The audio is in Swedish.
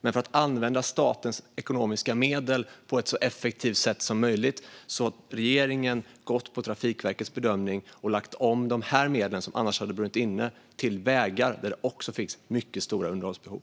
Men för att använda statens ekonomiska medel på ett så effektivt sätt som möjligt har regeringen gått på Trafikverkets bedömning och lagt om de medel som annars hade brunnit inne till vägar, där det också finns mycket stora underhållsbehov.